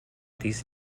these